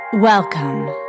Welcome